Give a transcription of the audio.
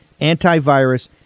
antivirus